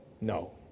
No